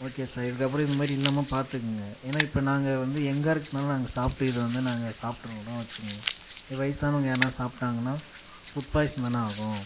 okay sir இதுக்கப்புறம் இது மாதிரி இல்லாமல் பார்த்துக்குங்க ஏன்னா இப்ப நாங்கள் வந்து யங்கா இருக்கிறதுனால நாங்கள் சாப்பிட்டு இது வந்து நாங்க சாப்பிட்ருவோனு வச்சிக்குங்க வயசானவங்க யாருனா சாப்பிட்டாங்கனா ஃபுட் பாய்சன்தானே ஆகும்